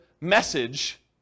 message